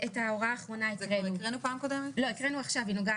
אבל אני חייב להסביר להם למה אני הולך להצביע נגד.